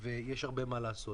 ויש הרבה מה לעשות.